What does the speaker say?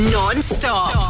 Non-stop